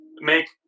make